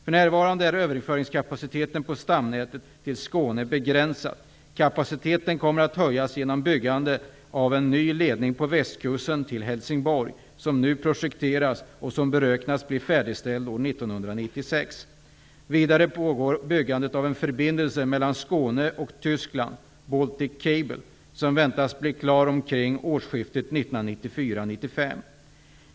För närvarande är överföringskapaciteten på stamnätet till Skåne begränsad. Kapaciteten kommer att höjas genom byggandet av en ny ledning på Västkusten till Helsingborg, som nu projekteras och som beräknas bli färdig år 1996. Skåne och Tyskland, Baltic Cable, som väntas bli klar omkring årsskiftet 1994/95.